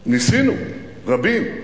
ניסינו, רבים,